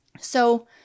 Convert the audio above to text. So-